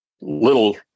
little